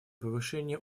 повышение